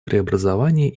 преобразований